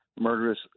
murderous